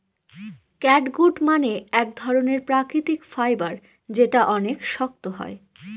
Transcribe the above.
catgut মানে এক ধরনের প্রাকৃতিক ফাইবার যেটা অনেক শক্ত হয়